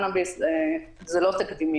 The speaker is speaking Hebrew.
ובהחלט ברגע שאנחנו מבינים שהדבר הזה הוא אפקטיבי